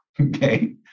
okay